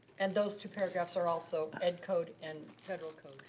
and those two paragraphs are also ed code and federal code.